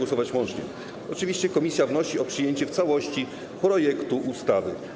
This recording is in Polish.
Oczywiście komisja wnosi o przyjęcie w całości projektu ustawy.